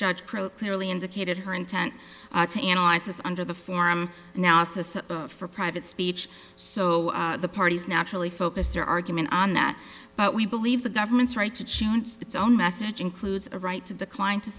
pro clearly indicated her intent to analyze this under the form now says for private speech so the parties naturally focus their argument on that but we believe the government's right to choose its own message includes a right to decline to